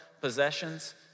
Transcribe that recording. possessions